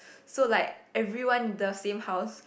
so like everyone in the same house